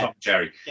Jerry